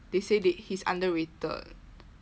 they say they he's underrated